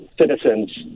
citizens